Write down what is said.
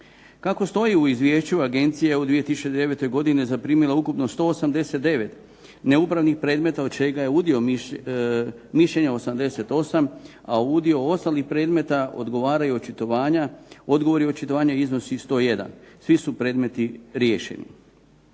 Kako stoji u izvješću agencije u 2009. godini zaprimila ukupno 189 neupravnih predmeta od čega je udio mišljenja 88, a udio ostalih predmeta odgovaraju očitovanja, odgovori očitovanja iznosi 101. Svi su predmeti riješeni.